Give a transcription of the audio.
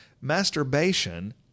Masturbation